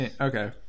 okay